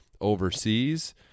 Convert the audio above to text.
overseas